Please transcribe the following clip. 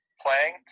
playing